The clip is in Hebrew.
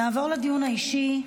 נעבור לדיון האישי.